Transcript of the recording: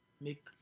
make